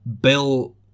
Bill